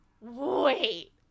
wait